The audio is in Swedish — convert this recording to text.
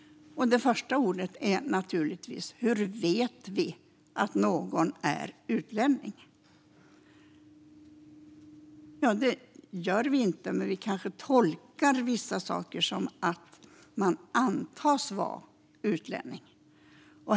Det första är naturligtvis hur vi vet att någon är utlänning. Det gör vi inte, men vi kanske tolkar vissa saker som att man antas vara utlänning.